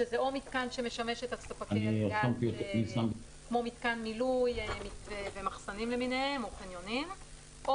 שזה מתקן שמשמש את ספקי הגז למתקן מילוי ומחסנים למיניהם או חניונים או